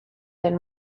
del